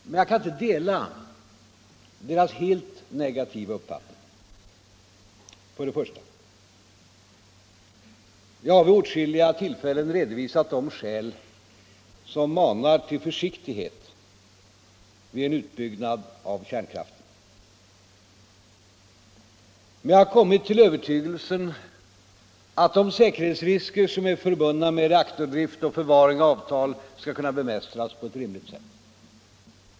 Men jag kan inte dela deras helt negativa uppfattning. För det första: Jag har vid åtskilliga tillfällen redovisat de skäl som manar till försiktighet vid en utbyggnad av kärnkraften. Men jag har kommit till övertygelsen att de säkerhetsrisker som är förbundna med reaktordrift och förvaring av avfall skall kunna bemästras på ett rimligt sätt.